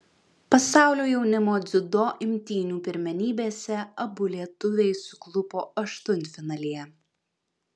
pasaulio jaunimo dziudo imtynių pirmenybėse abu lietuviai suklupo aštuntfinalyje